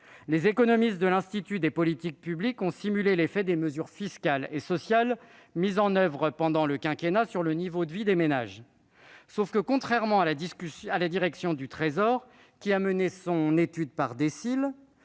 Les économistes de l'Institut des politiques publiques, disais-je, ont simulé l'effet des mesures fiscales et sociales mises en oeuvre pendant le quinquennat sur le niveau de vie des ménages. Mais, contrairement à la direction générale du Trésor, qui a classé les ménages par décile,